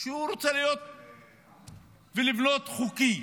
שרוצה לבנות חוקי,